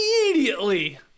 immediately